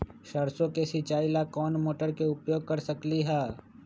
सरसों के सिचाई ला कोंन मोटर के उपयोग कर सकली ह?